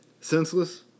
Senseless